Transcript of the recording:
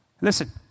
Listen